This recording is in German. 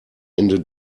ende